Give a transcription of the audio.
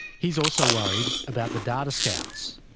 he's also worried about the data scouts.